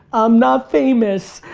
i'm not famous,